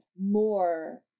more